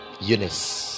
eunice